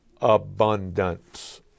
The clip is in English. abundance